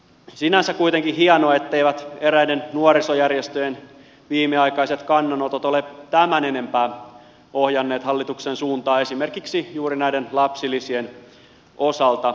sinänsä on kuitenkin hienoa etteivät eräiden nuorisojärjestöjen viimeaikaiset kannanotot ole tämän enempää ohjanneet hallituksen suuntaa esimerkiksi juuri näiden lapsilisien osalta